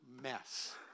mess